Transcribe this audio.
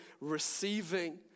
receiving